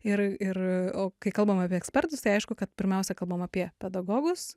ir ir o kai kalbam apie ekspertus tai aišku kad pirmiausia kalbam apie pedagogus